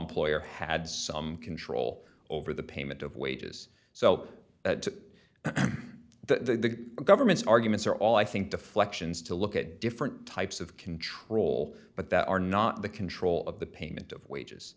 lawn player had some control over the payment of wages so that the government's arguments are all i think deflections to look at different types of control but that are not the control of the payment of wages